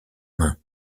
main